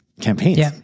campaigns